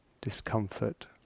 discomfort